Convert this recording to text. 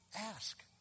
ask